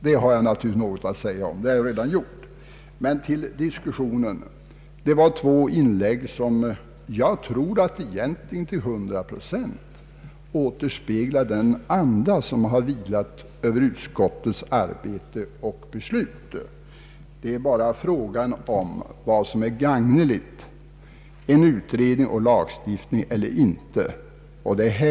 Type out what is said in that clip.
Det har jag naturligtvis något att säga om — vilket jag redan gjort — men för övrigt tror jag att de två inläggen till 100 procent återspeglar den anda som vilat över utskottets arbete och beslut. Frågan gäller bara vad som är gagneligt, en utredning och lagstiftning eller inte.